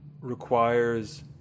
requires